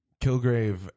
Kilgrave